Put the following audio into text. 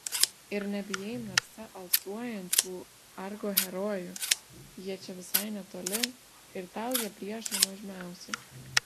ir nebijai narsa alsuojančių argo herojų jie čia visai netoli ir tau jie priešai nuožmiausi